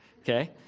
okay